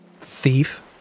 Thief